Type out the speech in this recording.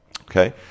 okay